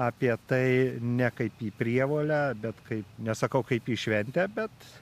apie tai ne kaip į prievolę bet kaip nesakau kaip į šventę bet